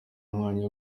umwanya